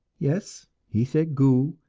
yes, he said goo!